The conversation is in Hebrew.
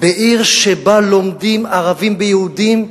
בעיר שבה לומדים ערבים ויהודים,